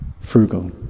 frugal